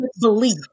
belief